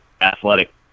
athletic